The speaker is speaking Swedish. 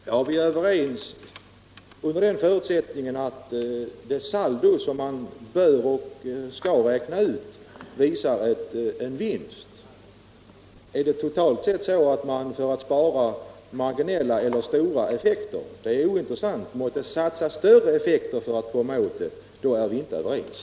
Fru talman! Vi är överens under förutsättning att det saldo som man bör räkna ut visar en vinst. Om man totalt sparar bara marginella värden är förslaget ointressant. Om stora resurser enligt en saldokalkyl måste satsas är vi alltså inte överens.